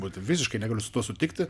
būti visiškai negaliu su tuo sutikti